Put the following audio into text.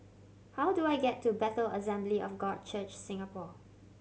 how do I get to Bethel Assembly of God Church Singapore